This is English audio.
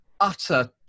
utter